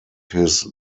his